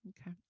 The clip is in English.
Okay